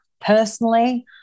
personally